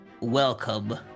Welcome